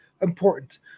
important